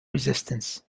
resistance